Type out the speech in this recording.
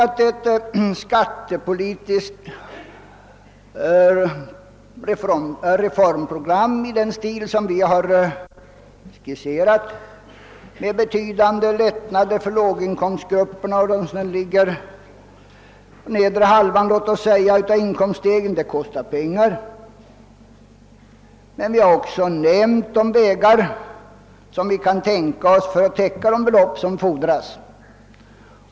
Ett skattepolitiskt reformprogram i den stil vi har skisserat, med betydande lättnader för låginkomstgrupperna och över huvud taget för dem som befinner sig låt oss säga på den nedre halvan av inkomststegen, kostar pengar, men vi har också anvisat vägar som vi kan tänka oss gå för att täcka de belopp som fordras.